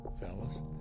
fellas